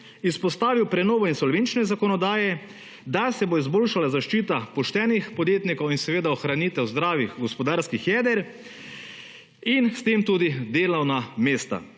izpostavil prenovo insolvenčne zakonodaje, da se bo izboljšala zaščita poštenih podjetnikov in seveda ohranitev zdravih gospodarskih jeder in s tem tudi delovna mesta.